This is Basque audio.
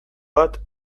bat